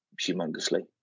humongously